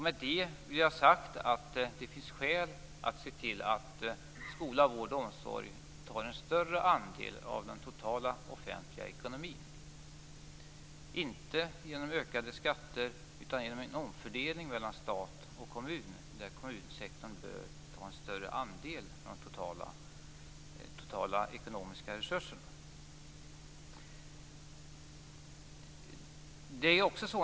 Med det vill jag ha sagt att det finns skäl att se till att skola, vård och omsorg tar en större andel av den totala offentliga ekonomin, inte genom ökade skatter utan genom en omfördelning mellan stat och kommun där kommunsektorn bör ta en större andel av de totala ekonomiska resurserna.